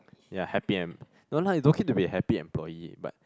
yea happy and no lah you don't keep to be a happy employee but